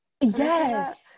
Yes